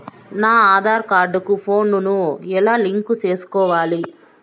నా ఆధార్ కార్డు కు ఫోను ను ఎలా లింకు సేసుకోవాలి?